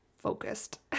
focused